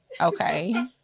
Okay